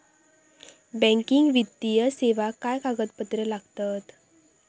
Banking वित्तीय सेवाक काय कागदपत्र लागतत?